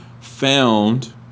found